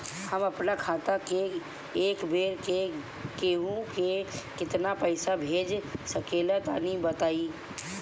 हम आपन खाता से एक बेर मे केंहू के केतना पईसा भेज सकिला तनि बताईं?